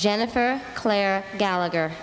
jennifer claire gallagher